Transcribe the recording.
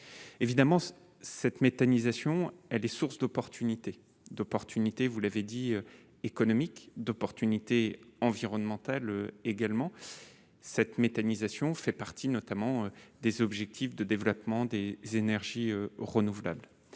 évidemment cette méthanisation, elle est source d'opportunité d'opportunités, vous l'avez dit économique d'opportunités environnementale également cette méthanisation fait partie notamment des objectifs de développement des énergies renouvelables